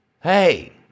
Hey